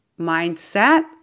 mindset